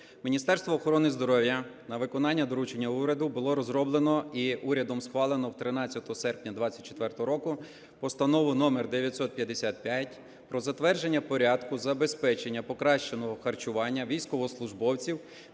Міністерством охорони здоров'я на виконання доручення уряду було розроблено і урядом схвалено 13 серпня 2024 року Постанову №955 "Про затвердження Порядку забезпечення покращеного харчування військовослужбовців